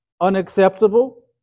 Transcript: unacceptable